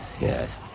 Yes